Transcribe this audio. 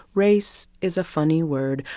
race is a funny word.